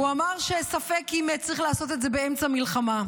הוא אמר שספק אם צריך לעשות את זה באמצע מלחמה.